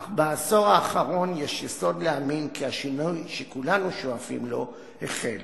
אך בעשור האחרון יש יסוד להאמין כי השינוי שכולנו שואפים לו החל.